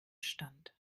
stand